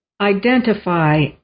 identify